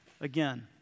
again